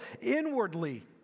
inwardly